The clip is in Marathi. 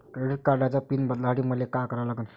क्रेडिट कार्डाचा पिन बदलासाठी मले का करा लागन?